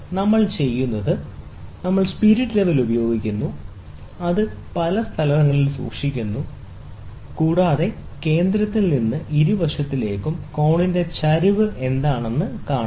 നമ്മൾ ചെയ്യുന്നത് നമ്മൾ സ്പിരിറ്റ് ലെവൽ ഉപയോഗിക്കുന്നു അത് പല സ്ഥലങ്ങളിൽ സൂക്ഷിക്കുന്നു കൂടാതെ കേന്ദ്രത്തിൽ നിന്ന് ഇരുവശങ്ങളിലേക്കും കോണിന്റെ ചെരിവ് എന്താണെന്ന് കാണുക